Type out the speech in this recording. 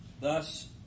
Thus